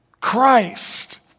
Christ